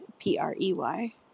P-R-E-Y